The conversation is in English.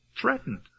threatened